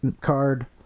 card